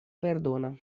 perdona